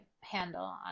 handle